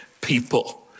people